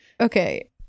Okay